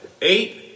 eight